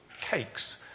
cakes